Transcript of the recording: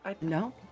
No